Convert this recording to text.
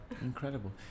Incredible